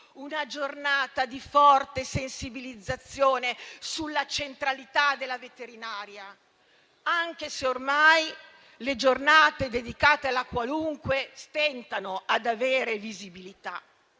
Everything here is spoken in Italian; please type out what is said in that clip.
una giornata di forte sensibilizzazione sulla centralità della veterinaria, anche se ormai le giornate dedicate alla qualunque stentano ad avere visibilità.